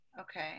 Okay